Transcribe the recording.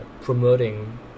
promoting